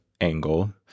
angle